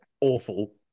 awful